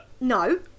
No